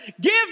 give